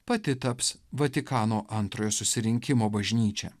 pati taps vatikano antrojo susirinkimo bažnyčia